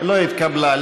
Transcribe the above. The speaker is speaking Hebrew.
לא התקבלה.